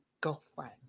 girlfriend